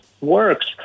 works